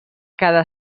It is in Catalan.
cada